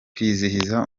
kwizihiza